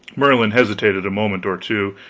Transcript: merlin hesitated a moment or two,